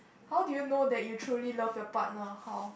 how do you know that you truly love your partner how